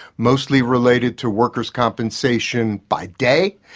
mostly related to workers compensation by day.